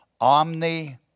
Omni